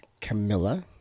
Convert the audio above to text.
Camilla